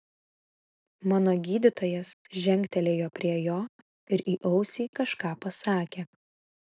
mano gydytojas žengtelėjo prie jo ir į ausį kažką pasakė